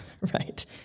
Right